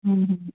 હં